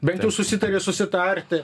bent jau susitarė susitarti